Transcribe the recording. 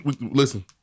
Listen